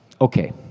Okay